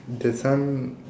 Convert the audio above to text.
the sun